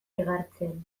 igartzen